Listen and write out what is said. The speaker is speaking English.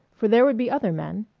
for there would be other men.